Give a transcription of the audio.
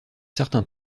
certain